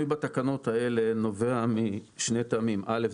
בתקנות האלה נובע משני טעמים: א',